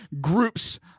groups